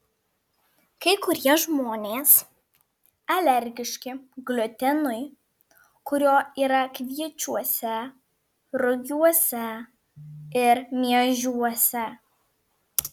kai kurie žmonės alergiški gliutenui kurio yra kviečiuose rugiuose ir miežiuose